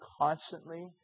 constantly